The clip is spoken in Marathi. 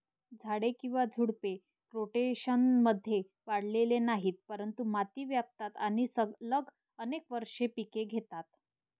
झाडे किंवा झुडपे, रोटेशनमध्ये वाढलेली नाहीत, परंतु माती व्यापतात आणि सलग अनेक वर्षे पिके घेतात